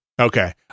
Okay